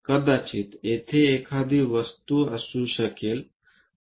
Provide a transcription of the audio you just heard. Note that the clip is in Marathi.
कदाचित येथे एखादी वस्तू असू शकेल